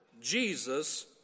Jesus